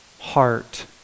heart